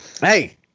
Hey